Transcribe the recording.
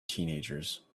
teenagers